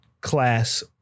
Class